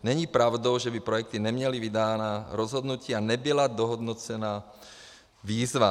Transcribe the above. Není pravdou, že by projekty neměly vydána rozhodnutí a nebyla dohodnocena výzva.